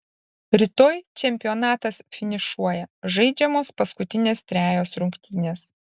rytoj čempionatas finišuoja žaidžiamos paskutinės trejos rungtynės